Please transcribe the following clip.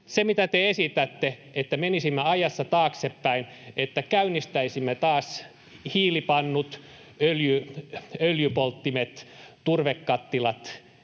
Se, mitä te esitätte — että menisimme ajassa taaksepäin, että käynnistäisimme taas hiilipannut, öljypolttimet, turvekattilat